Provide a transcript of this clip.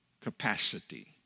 capacity